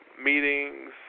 meetings